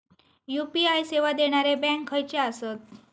UPI सेवा देणारे bank खयचे आसत?